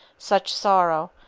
such sorrow,